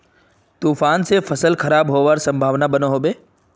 तूफान से फसल खराब होबार संभावना बनो होबे?